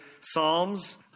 psalms